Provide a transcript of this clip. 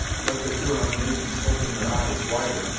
let the huron maidens open their eyes wider,